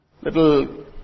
little